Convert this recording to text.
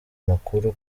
makuru